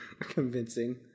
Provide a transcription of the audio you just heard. convincing